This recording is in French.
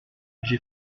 j’ai